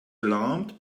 alarmed